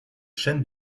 chaînes